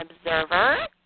observer